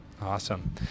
Awesome